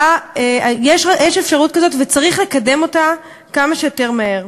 יש אפשרות כזאת, וצריך לקדם אותה כמה שיותר מהר.